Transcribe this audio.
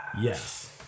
yes